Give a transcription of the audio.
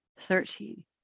thirteen